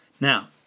Now